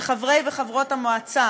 שחברי וחברות המועצה